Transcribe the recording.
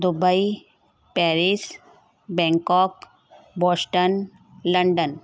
Dubai Paris Bangkok Boston London